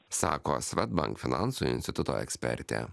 sako swedbank finansų instituto ekspertė